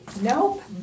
nope